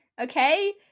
Okay